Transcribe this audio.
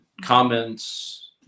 comments